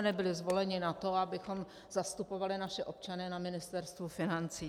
Nebyli jsme zvoleni na to, abychom zastupovali naše občany na Ministerstvu financí.